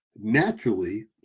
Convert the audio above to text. naturally